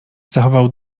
zachował